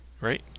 Right